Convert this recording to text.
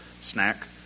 snack